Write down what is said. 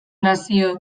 nazio